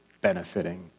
benefiting